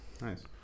Nice